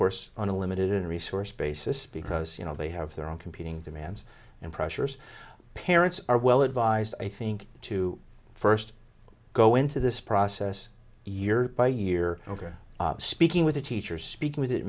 course on a limited resource basis because you know they have their own competing demands and pressure there's parents are well advised i think to first go into this process year by year ok speaking with the teacher speaking with it